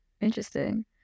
interesting